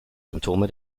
symptome